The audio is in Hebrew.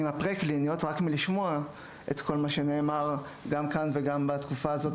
--- רק מלשמוע את כל מה שנאמר גם כאן וגם בתקופה הזאת